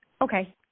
Okay